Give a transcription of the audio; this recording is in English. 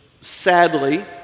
sadly